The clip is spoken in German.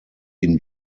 ihn